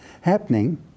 happening